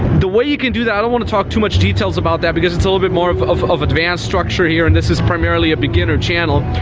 the way you can do that. i don't want to talk too much details about that because it's a little bit more of of advanced structure here and this is primarily a beginner channel,